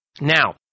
Now